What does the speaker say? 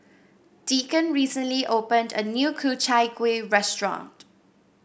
Deacon recently opened a new Ku Chai Kueh restaurant